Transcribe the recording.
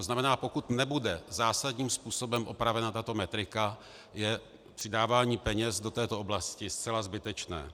To znamená, pokud nebude zásadním způsobem opravena tato metrika, je přidávání peněz do této oblasti zcela zbytečné.